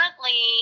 currently